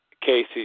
Casey